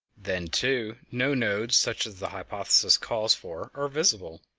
then, too, no nodes such as the hypothesis calls for are visible.